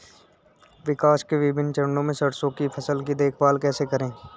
विकास के विभिन्न चरणों में सरसों की फसल की देखभाल कैसे करें?